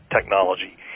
technology